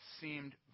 seemed